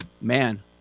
man